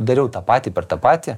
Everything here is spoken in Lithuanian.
dariau tą patį per tą patį